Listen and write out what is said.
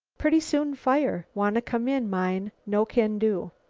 pretty soon fire. wanna come in mine. no can do.